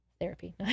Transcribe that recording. Therapy